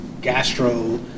gastro